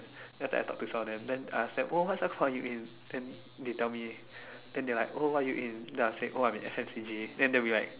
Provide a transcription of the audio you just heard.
then after that I talk to some of them then ask them oh what's the course are you in then they tell me then they like oh what are you in then I said oh I'm in S_M_T_G then that we like